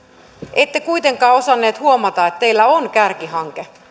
ette kuitenkaan osannut huomata että teillä on kärkihanke